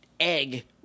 egg